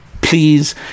please